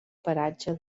paratge